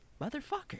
Motherfucker